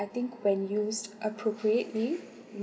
I think when used appropriately